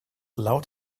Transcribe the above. loud